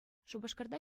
шупашкарта